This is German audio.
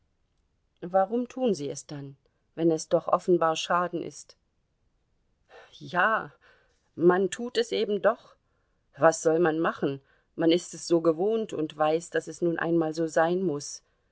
warum tun sie es denn dann wenn es doch offenbarer schaden ist ja man tut es eben doch was soll man machen man ist es so gewohnt und weiß daß es nun einmal so sein muß